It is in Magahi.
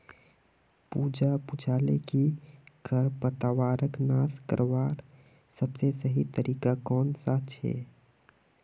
पूजा पूछाले कि खरपतवारक नाश करवार सबसे सही तरीका कौन सा छे